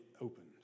opened